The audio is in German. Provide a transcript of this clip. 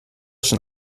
schon